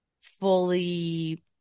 fully